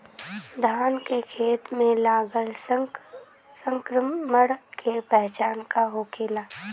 धान के खेत मे लगल संक्रमण के पहचान का होखेला?